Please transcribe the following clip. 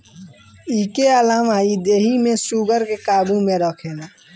इके अलावा इ देहि में शुगर के काबू में रखेला